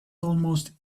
almost